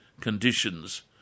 conditions